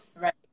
right